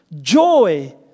Joy